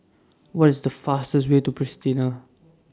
What IS The fastest Way to Pristina